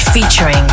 featuring